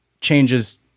changes